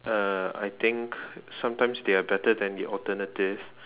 uh I think sometimes they are better than the alternatives